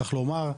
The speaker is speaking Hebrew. צריך לומר,